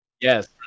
Yes